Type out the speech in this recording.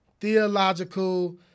theological